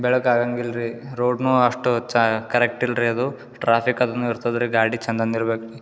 ಬೆಳಕಾಗಾಂಗೆ ಇಲ್ಲರಿ ರೋಡ್ನು ಅಷ್ಟು ಚ ಕರೆಕ್ಟ್ ಇಲ್ಲರಿ ಅದು ಟ್ರಾಫಿಕ್ ಅದೂನೂ ಇರ್ತದೆ ರೀ ಗಾಡಿ ಚಂದಂದು ಇರ್ಬೇಕು